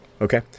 Okay